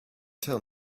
tell